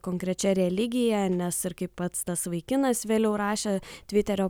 konkrečia religija nes ir kaip pats tas vaikinas vėliau rašė tviterio